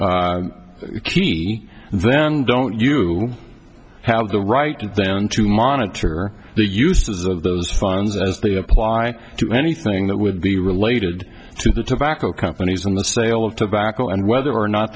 e key then don't you have the right and then to monitor the use of those funds as they apply to anything that would be related to the tobacco companies in the sale of tobacco and whether or not